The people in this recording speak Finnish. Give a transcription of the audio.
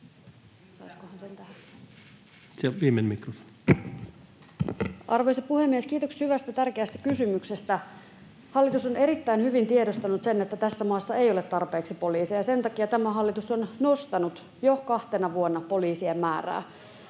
Arvoisa puhemies! Kiitokset hyvästä tärkeästä kysymyksestä. Hallitus on erittäin hyvin tiedostanut sen, että tässä maassa ei ole tarpeeksi poliiseja, ja sen takia tämä hallitus on nostanut jo kahtena vuonna poliisien määrää.